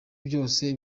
byose